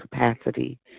capacity